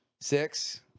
six